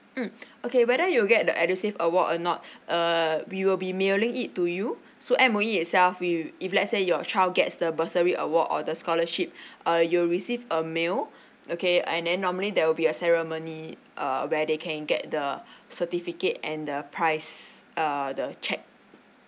mm okay whether you'll get the edusave award or not uh we will be mailing it to you so M_O_E itself we if let's say your child gets the bursary award or the scholarship uh you'll receive a mail okay and then normally there will be a ceremony uh where they can get the certificate and the prize err the cheque